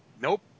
Nope